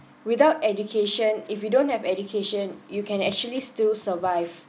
without education if you don't have education you can actually still survive